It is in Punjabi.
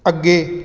ਅੱਗੇ